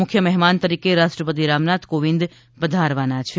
મુખ્ય મહેમાન તરીકે રાષ્ટ્રપતિ રામનાથ કોંવિદ પધારવાના છે